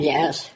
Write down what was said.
Yes